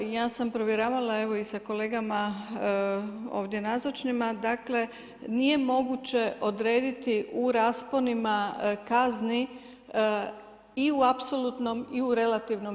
Ja sam provjeravala evo i sa kolegama ovdje nazočnima, dakle nije moguće odrediti u rasponima kazni i u apsolutnom i u relativnom